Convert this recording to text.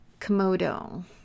Komodo